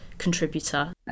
contributor